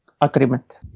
agreement